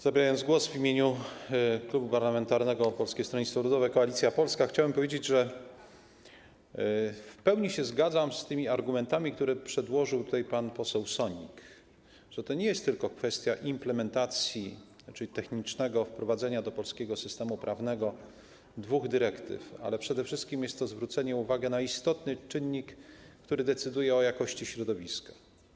Zabierając głos w imieniu Klubu Parlamentarnego Koalicja Polska - Polskie Stronnictwo Ludowe, chciałem powiedzieć, że w pełni się zgadzam z tymi argumentami, które przedłożył tutaj pan poseł Sonik, że to nie jest tylko kwestia implementacji, czyli technicznego wprowadzenia do polskiego systemu prawnego dwóch dyrektyw, ale przede wszystkim jest to zwrócenie uwagi na istotny czynnik, który decyduje o jakości środowiska.